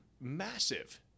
massive